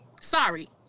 Sorry